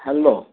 hello